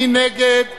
מי נגד?